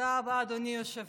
תודה רבה, אדוני היושב-ראש.